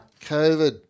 COVID